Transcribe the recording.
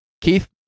Keith